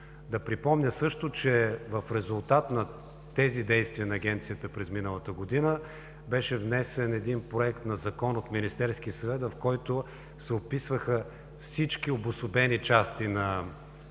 Да припомня също, че в резултат на тези действия на Агенцията през миналата година беше внесен Законопроект от Министерския съвет, в който се описваха всички обособени части от